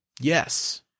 Yes